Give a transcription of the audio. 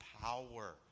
power